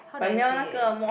how do I say it